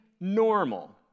normal